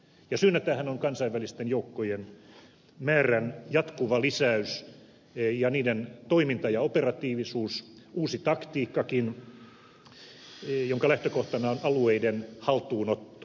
ja syynä tähän on kansainvälisten joukkojen määrän jatkuva lisäys ja niiden toiminta ja operatiivisuus uusi taktiikkakin jonka lähtökohtana on alueiden haltuunotto